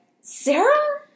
Sarah